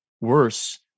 worse